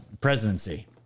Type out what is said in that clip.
presidency